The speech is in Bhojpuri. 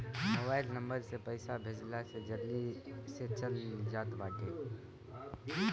मोबाइल नंबर से पईसा भेजला से जल्दी से चल जात बाटे